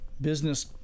business